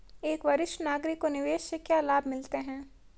एक वरिष्ठ नागरिक को निवेश से क्या लाभ मिलते हैं?